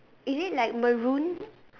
is it like maroon